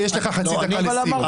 אז יש לך חצי דקה לסיום.